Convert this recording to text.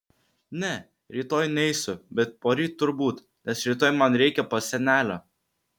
ne rytoj neisiu bet poryt turbūt nes rytoj man reikia pas senelę